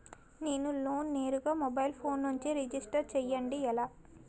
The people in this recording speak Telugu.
నేను లోన్ నేరుగా మొబైల్ ఫోన్ నుంచి రిజిస్టర్ చేయండి ఎలా?